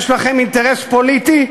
יש לכם אינטרס פוליטי,